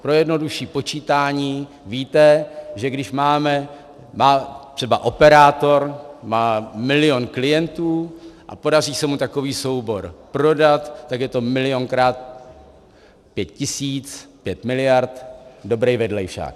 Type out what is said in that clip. Pro jednodušší počítání: víte, že když má třeba operátor milion klientů a podaří se mu takový soubor prodat, tak je to milionkrát pět tisíc, pět miliard, dobrý vedlejšák.